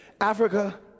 Africa